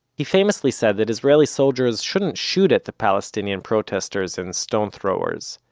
he famously said that israeli soldiers shouldn't shoot at the palestinian protesters and stone throwers,